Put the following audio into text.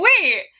wait